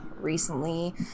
recently